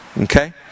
Okay